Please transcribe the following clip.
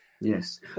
yes